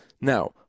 Now